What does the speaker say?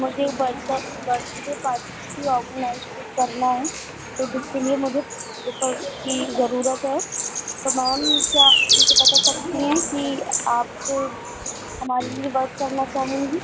मुझे birthday party organise करना है तो जिसके लिए मुझे की ज़रूरत है तो मैम क्या आप मुझे बता सकती हैं कि आप हमारे लिए वर्क करना चाहेंगी